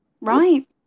Right